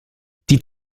die